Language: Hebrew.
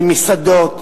במסעדות,